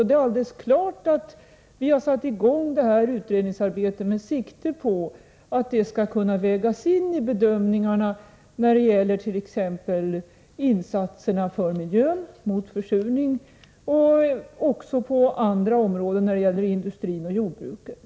Det är helt klart att vi har satt i gång detta utredningsarbete med sikte på att det skall kunna vägas in i bedömningarna när det gäller t.ex. insatserna för miljön, mot försurningen och även på andra områden inom industrin och jordbruket.